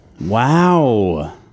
wow